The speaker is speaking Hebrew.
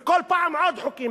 וכל פעם עוד חוקים.